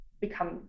become